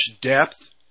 depth